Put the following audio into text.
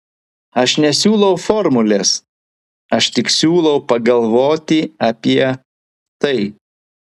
aš nesiūlau formulės aš tik siūlau pagalvoti apie tai